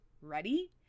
Ready